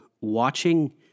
watching